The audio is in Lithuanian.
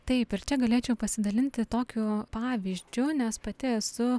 taip ir čia galėčiau pasidalinti tokiu pavyzdžiu nes pati esu